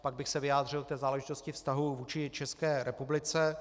Pak bych se vyjádřil k té záležitosti vztahů vůči České republice.